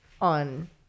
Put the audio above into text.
On